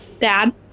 dad